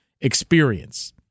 experience